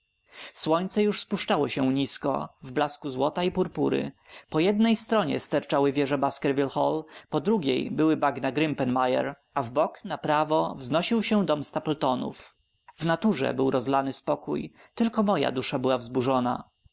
słońce już spuszczało się nisko w blasku złota i purpury po jednej stronie sterczały wieże baskerville hall po drugiej były bagna grimpen mire a w bok na prawo wznosił się dom stapletonów w naturze był rozlany spokój tylko moja dusza była wzburzona